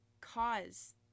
cause